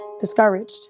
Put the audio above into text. discouraged